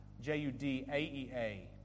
J-U-D-A-E-A